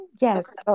Yes